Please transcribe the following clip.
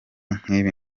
nkibi